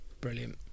brilliant